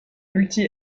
multi